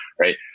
right